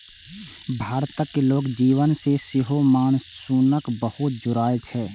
भारतक लोक जीवन सं सेहो मानसूनक बहुत जुड़ाव छै